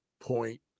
point